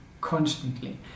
constantly